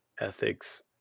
Ethics